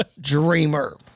Dreamer